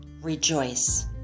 rejoice